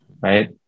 right